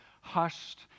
hushed